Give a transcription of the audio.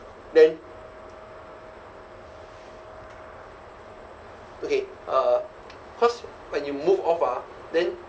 then okay uh cause when you move off ah then